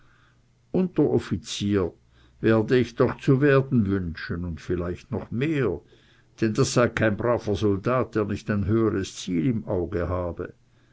unteroffizier werde ich doch zu werden wünschen und vielleicht noch mehr denn das sei kein braver soldat der nicht ein höheres ziel im auge habe